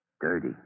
Dirty